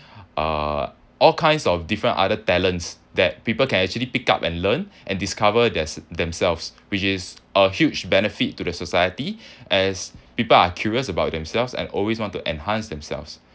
uh all kinds of different other talents that people can actually pick up and learn and discover there's themselves which is a huge benefit to the society as people are curious about themselves and always want to enhance themselves